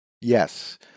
Yes